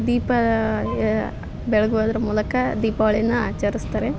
ದೀಪ ಬೆಳಗೋದ್ರ ಮೂಲಕ ದೀಪಾವಳೀನ ಆಚರಿಸ್ತಾರೆ